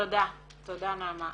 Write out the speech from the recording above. תודה נעמה.